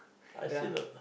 I see the